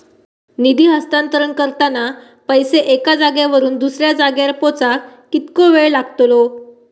निधी हस्तांतरण करताना पैसे एक्या जाग्यावरून दुसऱ्या जाग्यार पोचाक कितको वेळ लागतलो?